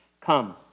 Come